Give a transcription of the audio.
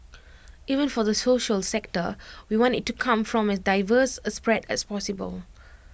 even for the social sector we want IT to come from as diverse A spread as possible